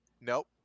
Nope